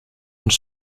uns